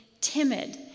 timid